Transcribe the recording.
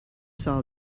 saw